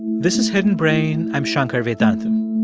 this is hidden brain. i'm shankar vedantam.